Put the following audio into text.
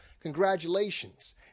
Congratulations